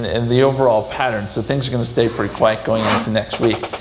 and and the overall pattern so things are going to stay pretty quiet going into next week.